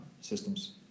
Systems